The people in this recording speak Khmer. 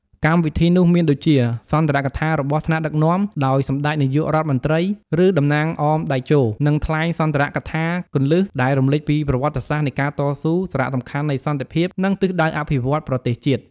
កម្មវិធីនោះមានដូចជា សុន្ទរកថារបស់ថ្នាក់ដឹកនាំ ដោយសម្ដេចនាយករដ្ឋមន្ត្រី ឬតំណាងអមតេជោ នឹងថ្លែងសុន្ទរកថាគន្លឹះដែលរំលេចពីប្រវត្តិសាស្ត្រនៃការតស៊ូ សារៈសំខាន់នៃសន្តិភាព និងទិសដៅអភិវឌ្ឍន៍ប្រទេសជាតិ។